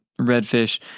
redfish